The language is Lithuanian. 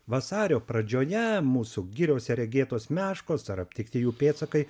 vasario pradžioje mūsų giriose regėtos meškos ar aptikti jų pėdsakai